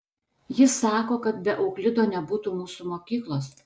jis sako kad be euklido nebūtų mūsų mokyklos